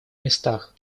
местах